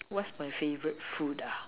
what's my favourite food ah